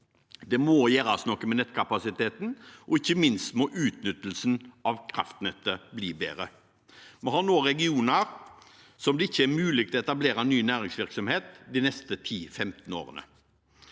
Det må gjøres noe med nettkapasiteten, og ikke minst må utnyttelsen av kraftnettet bli bedre. Vi har nå regioner som det ikke er mulig å etablere ny næringsvirksomhet i de neste 10–15 årene.